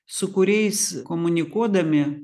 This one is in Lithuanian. su kuriais komunikuodami